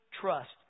trust